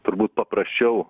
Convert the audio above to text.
turbūt paprasčiau